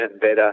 better